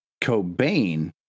Cobain